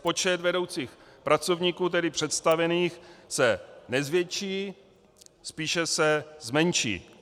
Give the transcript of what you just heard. Počet vedoucích pracovníků, tedy představených, se nezvětší, spíše se zmenší.